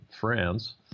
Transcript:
France